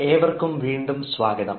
ഏവർക്കും വീണ്ടും സ്വാഗതം